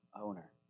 owner